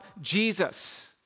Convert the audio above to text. Jesus